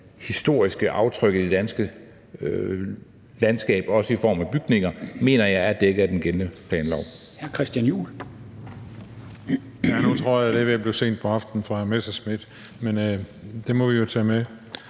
historiske aftryk i det danske landskab, også i form af bygninger, mener jeg er dækket af den gældende planlov.